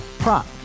Prop